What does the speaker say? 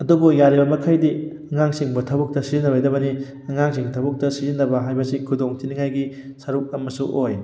ꯑꯗꯨꯕꯨ ꯌꯥꯔꯤꯕ ꯃꯈꯩꯗꯤ ꯑꯉꯥꯡꯁꯤꯡꯕꯨ ꯊꯕꯛꯇ ꯁꯤꯖꯤꯟꯅꯔꯣꯏꯗꯕꯅꯤ ꯑꯉꯥꯡꯁꯤꯡ ꯊꯕꯛꯇ ꯁꯤꯖꯤꯟꯅꯕ ꯍꯥꯏꯕꯁꯤ ꯈꯨꯗꯣꯡ ꯊꯤꯅꯤꯡꯉꯥꯏꯒꯤ ꯁꯔꯨꯛ ꯑꯃꯁꯨ ꯑꯣꯏ